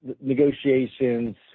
Negotiations